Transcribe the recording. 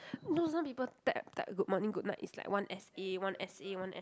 no some people type type good morning goodnight it's like one essay one essay one es~